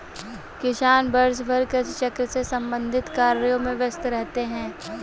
किसान वर्षभर कृषि चक्र से संबंधित कार्यों में व्यस्त रहते हैं